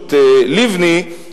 בראשות לבני,